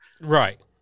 Right